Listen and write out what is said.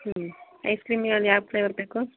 ಹ್ಞೂ ಐಸ್ ಕ್ರೀಮಲ್ಲಿ ಯಾವ ಫ್ಲೇವರ್ ಬೇಕು